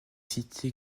cité